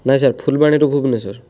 ନାଇଁ ସାର୍ ଫୁଲବାଣୀରୁ ଭୁବନେଶ୍ୱର